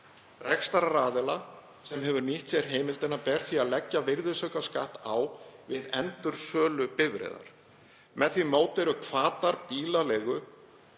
Rekstraraðila sem hefur nýtt sér heimildina ber því að leggja virðisaukaskatt á við endursölu bifreiðar. Með því móti eru hvatar bílaleigu